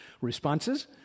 responses